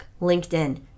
LinkedIn